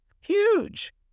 huge